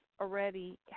already